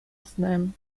snem